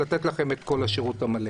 ולתת לכם את כל השירות המלא.